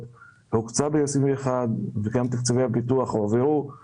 הוקצה ב-2021 וגם תקציבי הפיתוח הועברו.